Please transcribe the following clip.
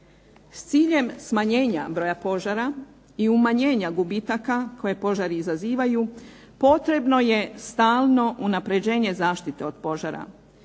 S ciljem smanjenja broja požara i umanjenja gubitaka koje požari izazivaju potrebno je stalno unapređenje zaštite od požara.